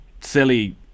silly